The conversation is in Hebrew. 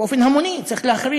באופן המוני צריך להחרים